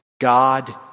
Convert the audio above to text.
God